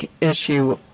issue